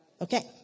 okay